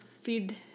feed